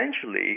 essentially